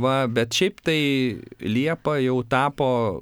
va bet šiaip tai liepa jau tapo